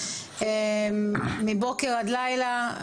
מבוקר עד לילה.